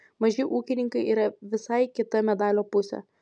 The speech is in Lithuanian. maži ūkininkai yra visai kita medalio pusė